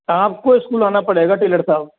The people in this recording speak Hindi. आपको स्कूल आना पड़ेगा टेलर साहब